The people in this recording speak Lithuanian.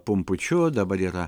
pumpučiu dabar yra